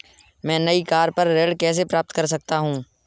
मैं नई कार पर ऋण कैसे प्राप्त कर सकता हूँ?